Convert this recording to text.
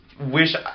wish